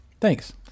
Thanks